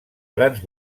grans